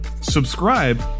subscribe